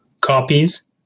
copies